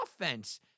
offense